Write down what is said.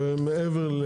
שהם מעבר.